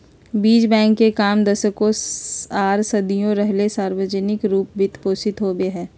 बीज बैंक के काम दशकों आर सदियों रहले सार्वजनिक रूप वित्त पोषित होबे हइ